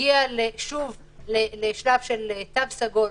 כשנגיע לשלב של "תו סגול",